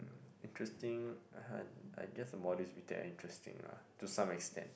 um interesting I guess the modules we take are interesting lah to some extent